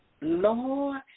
Lord